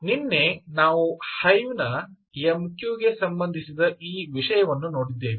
ನಿನ್ನೆ ನಾವು ಹೈವ ನ ಎಂ ಕ್ಯೂಗೆ ಸಂಬಂಧಿಸಿದ ಈ ವಿಷಯವನ್ನು ನೋಡಿದ್ದೇವೆ